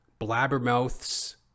blabbermouths